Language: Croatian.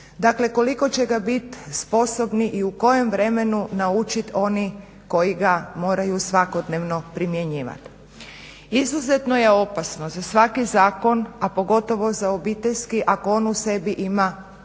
koliko će ga biti sposobni i u kojem vremenu naučiti oni koji ga moraju svakodnevno primjenjivati. Izuzetno je opasno za svaki zakon, a pogotovo za Obiteljski ako on u sebi ima puno